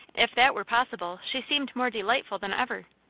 if that were possible, she seemed more delightful than ever.